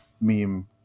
meme